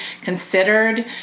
considered